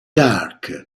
dark